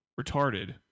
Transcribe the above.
retarded